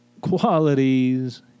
qualities